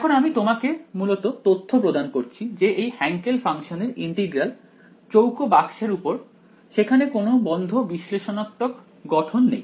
এখন আমি তোমাকে মূলত তথ্য প্রদান করছি যে এই হ্যান্কেল ফাংশনের ইন্টিগ্রাল চৌকো বাক্সের উপর সেখানে কোন বন্ধ বিশ্লেষণাত্মক গঠন নেই